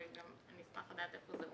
אני אשמח לדעת איפה זה עומד.